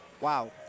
wow